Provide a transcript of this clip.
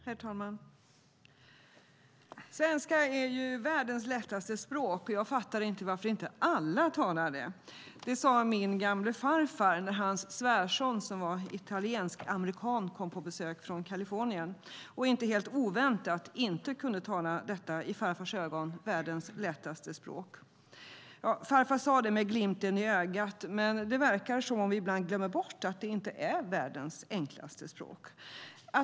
Herr talman! Svenska är världens lättaste språk. Jag fattar inte varför inte alla talar det. Det sade min gamle farfar när hans svärson som var italiensk-amerikan kom på besök från Kalifornien och inte helt oväntat inte kunde tala detta i farfars öron världens lättaste språk. Farfar sade det med glimten i ögat, men det verkar som om vi ibland glömmer bort att det inte är världens lättaste språk.